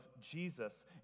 Jesus